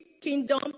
kingdom